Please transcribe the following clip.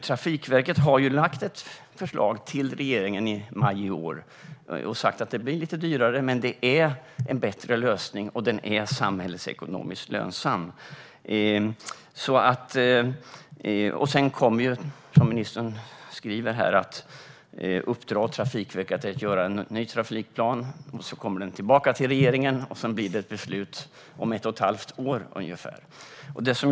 Trafikverket lade fram ett förslag till regeringen i maj i år och sa att det blev lite dyrare, men det är en bättre och mer samhällsekonomiskt lönsam lösning. Som ministern sa ska ett uppdrag ges till Trafikverket att göra en ny trafikplan. Planen kommer tillbaka till regeringen, och sedan blir det ett beslut om ungefär ett och ett halvt år.